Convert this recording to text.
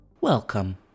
Welcome